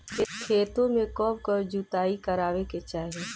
खेतो में कब कब जुताई करावे के चाहि?